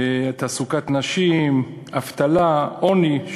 תעסוקת נשים, אבטלה, עוני.